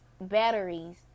batteries